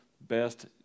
best